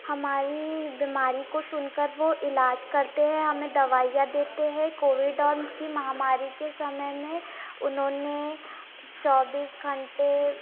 हमारी बीमारी को सुन कर वो इलाज करते हैं हमें दवाइयाँ देते हैं कोविडॉन की महामारी के समय में उन्होंने चौबीस घंटे